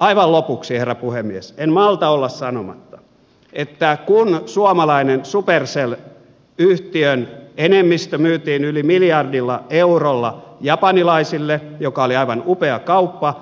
aivan lopuksi herra puhemies en malta olla sanomatta että kun suomalaisen supercell yhtiön enemmistö myytiin yli miljardilla eurolla japanilaisille mikä oli aivan upea kauppa